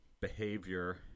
behavior